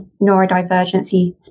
neurodivergency